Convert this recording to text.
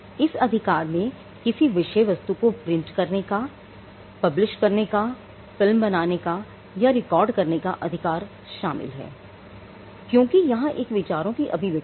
इस अधिकार में किसी विषय वस्तु को प्रिंट करने का पब्लिश करने का फिल्म बनाने का या रिकॉर्ड करने का अधिकार शामिल है क्योंकि यहां एक विचारों की अभिव्यक्ति है